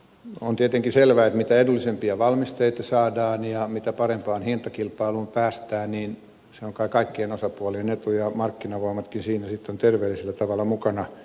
on tietenkin selvää että mitä edullisempia valmisteita saadaan ja mitä parempaan hintakilpailuun päästään se on kai kaikkien osapuolien etu ja markkinavoimatkin ovat siinä sitten terveellisellä tavalla mukana